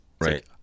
Right